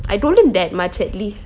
I told him that much at least